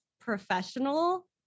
professional